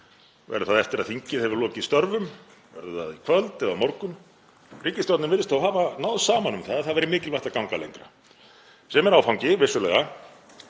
Verður það eftir að þingið hefur lokið störfum? Verður það í kvöld eða á morgun? Ríkisstjórnin virðist þó hafa náð saman um að það væri mikilvægt að ganga lengra, sem er áfangi, vissulega,